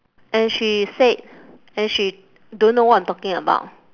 and she said and she don't know what I'm talking about